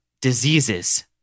diseases